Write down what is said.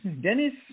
Dennis